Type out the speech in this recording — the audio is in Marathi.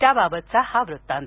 त्या बाबतचा हा वृत्तांत